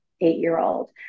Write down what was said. eight-year-old